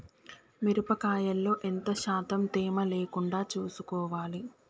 మిరప కాయల్లో ఎంత శాతం తేమ లేకుండా చూసుకోవాలి?